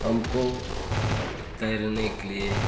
हमको तैरने के लिए